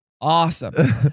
awesome